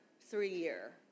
three-year